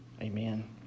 Amen